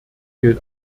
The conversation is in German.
gilt